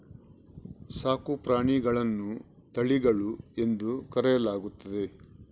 ಸಾಕು ಪ್ರಾಣಿಗಳನ್ನು ತಳಿಗಳು ಎಂದು ಕರೆಯಲಾಗುತ್ತದೆ